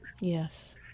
Yes